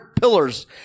pillars